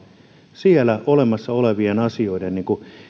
siellä olemassa olevien asioiden